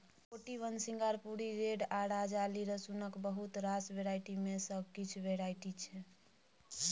Ooty one, सिंगापुरी red आ राजाली रसुनक बहुत रास वेराइटी मे सँ किछ वेराइटी छै